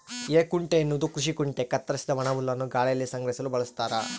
ಹೇಕುಂಟೆ ಎನ್ನುವುದು ಕೃಷಿ ಕುಂಟೆ ಕತ್ತರಿಸಿದ ಒಣಹುಲ್ಲನ್ನು ಗಾಳಿಯಲ್ಲಿ ಸಂಗ್ರಹಿಸಲು ಬಳಸ್ತಾರ